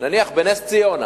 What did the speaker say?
נניח בנס-ציונה,